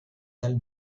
del